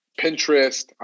Pinterest